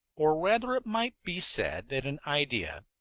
or rather it might be said that an idea,